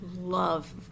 love